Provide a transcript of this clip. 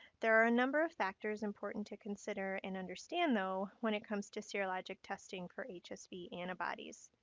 there are a number of factors important to consider and understand though, when it comes to serologic testing for hsv antibodies.